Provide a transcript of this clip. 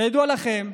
כידוע לכם,